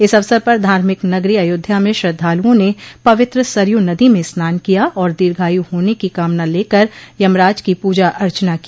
इस अवसर पर धार्मिक नगरी अयोध्या में श्रद्वालुओं ने पवित्र सरयू नदी में स्नान किया और दीर्घायू होने की कामना लेकर यमराज की पूजा अर्चना को